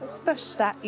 största